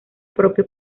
propio